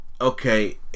okay